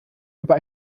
über